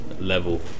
level